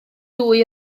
dwy